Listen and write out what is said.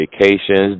vacations